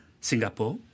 Singapore